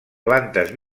plantes